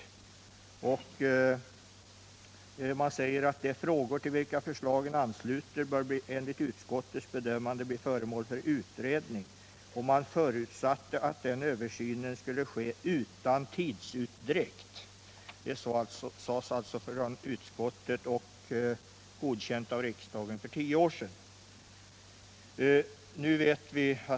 Man sade där att de frågor, till vilka förslagen anslöt, enligt utskottets bedömande borde bli föremål för utredning. Man förutsatte att den översynen skulle ske utan tidsutdräkt. Det uttalandet gjordes alltså av utskottet och godkändes av riksdagen för tio år sedan.